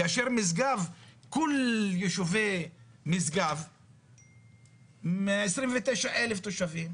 כאשר כל יישובי משגב 29,000 תושבים,